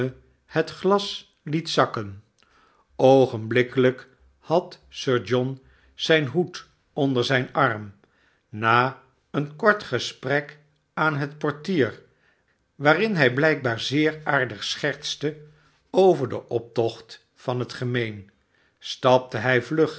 het glas liet zakken oogenblikkehjk had sir john zijn hoed onder zijn arm na een kort gesprek aan het portier waarin hij blijkbaar zeer aardig schertste over den optocht van het gemeen stapte hij vlug